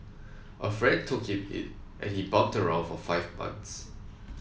a friend took him in and he bummed around for five months